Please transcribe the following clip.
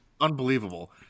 unbelievable